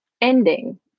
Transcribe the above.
ending